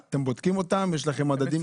יש לכם מדדים?